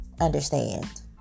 Understand